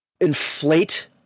inflate